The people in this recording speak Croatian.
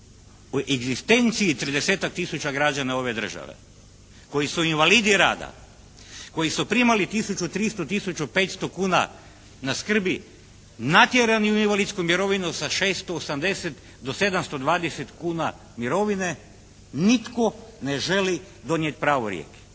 o egzistenciji 30-tak tisuća građana ove države koji su invalidi rada, koji su primali tisuću 300, tisuću 500 kuna na skrbi natjerani u invalidsku mirovinu sa 680 do 720 kuna mirovine nitko ne želi donijeti pravorijek.